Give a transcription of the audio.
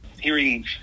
Hearing